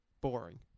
boring